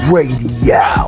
Radio